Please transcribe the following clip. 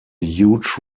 huge